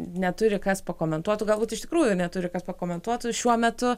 neturi kas pakomentuotų galbūt iš tikrųjų neturi kas pakomentuotų šiuo metu